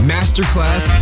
Masterclass